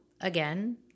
again